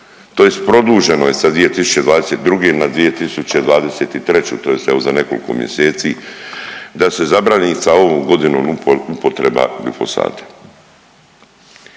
tj. produženo je sa 2022. na 2023. tj. evo za nekoliko mjeseci da se zabrani sa ovom godinom upotreba glifosata.